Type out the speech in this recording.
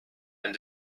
and